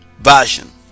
version